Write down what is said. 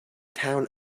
town